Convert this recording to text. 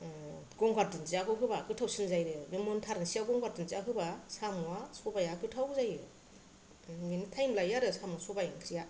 गंगार दुन्दियाखौ होबा गोथावसिन जायो आरो बे मोनथारनोसैआव गंगार दुन्दिया होबा साम'आ सबाया गोथाव जायो बेनो टाइम लायो आरो साम' सबाय ओंख्रिया